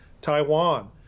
Taiwan